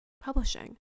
publishing